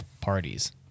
parties